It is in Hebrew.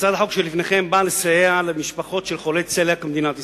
הצעת החוק שלפניכם באה לסייע למשפחות של חולי צליאק במדינת ישראל,